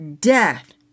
death